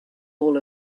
all